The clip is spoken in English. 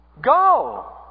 go